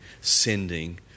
sending